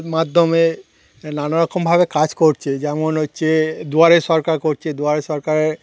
মাধ্যমে নানারকমভাবে কাজ করছে যেমন হচ্ছে দুয়ারে সরকার করছে দুয়ারে সরকারে